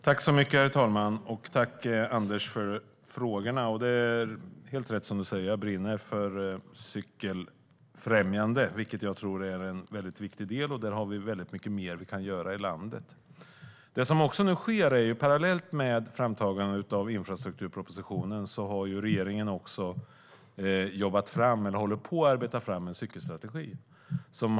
Herr talman! Tack, Anders, för frågorna! Det är helt rätt som du säger. Jag brinner för cykelfrämjande, vilket jag tror är en väldigt viktig del. Där kan vi göra mycket mer i landet. Parallellt med framtagandet av infrastrukturpropositionen håller regeringen på att arbeta fram en cykelstrategi.